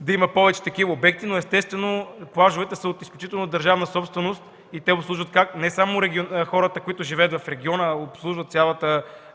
да има повече такива обекти, но естествено плажовете са от изключителна държавна собственост и те обслужват не само хората, които живеят в региона,